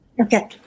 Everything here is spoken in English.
Okay